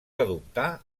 adoptar